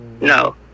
No